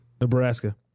Nebraska